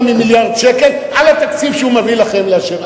ממיליארד שקל על התקציב שהוא מביא לכם לאשר.